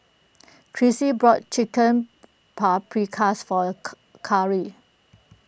Chrissy bought Chicken Paprikas for Ca Carry